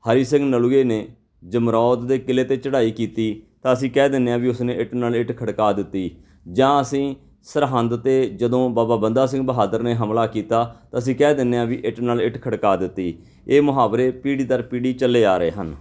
ਹਰੀ ਸਿੰਘ ਨਲੂਏ ਨੇ ਜਮਰੌਦ ਦੇ ਕਿਲ੍ਹੇ 'ਤੇ ਚੜ੍ਹਾਈ ਕੀਤੀ ਤਾਂ ਅਸੀਂ ਕਹਿ ਦਿੰਦੇ ਹਾਂ ਵੀ ਉਸਨੇ ਇੱਟ ਨਾਲ ਇੱਟ ਖੜਕਾ ਦਿੱਤੀ ਜਾਂ ਅਸੀਂ ਸਰਹੰਦ 'ਤੇ ਜਦੋਂ ਬਾਬਾ ਬੰਦਾ ਸਿੰਘ ਬਹਾਦਰ ਨੇ ਹਮਲਾ ਕੀਤਾ ਤਾਂ ਅਸੀਂ ਕਹਿ ਦਿੰਦੇ ਹਾਂ ਵੀ ਇੱਟ ਨਾਲ ਇੱਟ ਖੜਕਾ ਦਿੱਤੀ ਇਹ ਮੁਹਾਵਰੇ ਪੀੜ੍ਹੀ ਦਰ ਪੀੜ੍ਹੀ ਚੱਲੇ ਆ ਰਹੇ ਹਨ